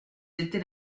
été